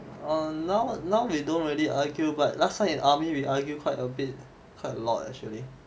err now now we don't really argue but last time in army we argue quite a bit quite a lot actually